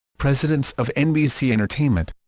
presidents of nbc entertainment